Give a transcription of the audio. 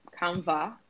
Canva